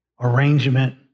arrangement